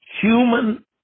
human